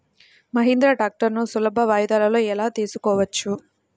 మహీంద్రా ట్రాక్టర్లను సులభ వాయిదాలలో ఎలా తీసుకోవచ్చు?